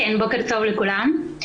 בוקר טוב לכולם.